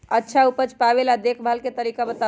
अच्छा उपज पावेला देखभाल के तरीका बताऊ?